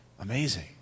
Amazing